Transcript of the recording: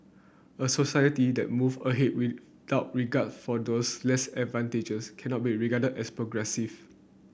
a society that move ahead without regard for those less advantaged cannot be regarded as progressive